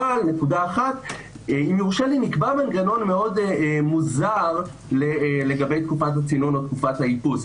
אבל נקבע מנגנון מאוד מוזר לגבי תקופת הצינון או תקופת האיפוס.